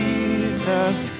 Jesus